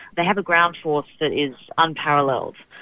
they have a ground force that is unparalleled.